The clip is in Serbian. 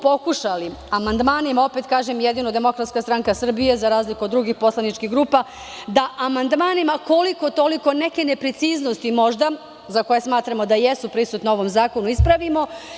Pokušali smo amandmanima, opet kažem, jedino DSS za razliku od drugih poslaničkih grupa, koliko-toliko neke nepreciznosti, možda, za koje smatramo da jesu prisutne u ovom zakonu, ispravimo.